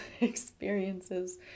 experiences